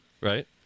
Right